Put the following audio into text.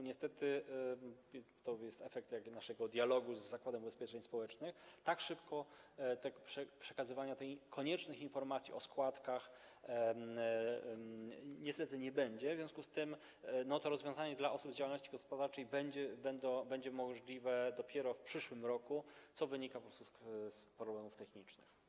Niestety - to jest efekt naszego dialogu z Zakładem Ubezpieczeń Społecznych - tak szybko przekazywania tych koniecznych informacji o składkach nie będzie, w związku z czym to rozwiązanie dla osób z działalności gospodarczej będzie możliwe dopiero w przyszłym roku, co wynika po prostu z problemów technicznych.